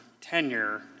tenure